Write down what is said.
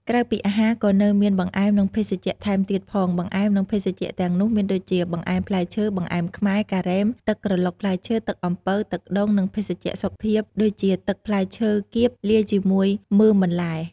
ក្រៅពីអាហារ ក៏នៅមានបង្អែម និងភេសជ្ជៈថែមទៀតផង។ បង្អែម និងភេសជ្ជៈទាំងនោះមានដូចជា បង្អែមផ្លែឈើ បង្អែមខ្មែរ ការ៉េម ទឹកក្រឡុកផ្លែឈើ ទឹកអំពៅ ទឹកដូង និងភេសជ្ជៈសុខភាពដូចជាទឹកផ្លែឈើគៀបលាយជាមួយមើមបន្លែ។